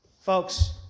folks